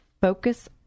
Focus